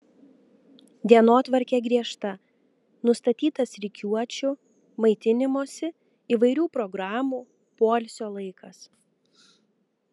dienotvarkė griežta nustatytas rikiuočių maitinimosi įvairių programų poilsio laikas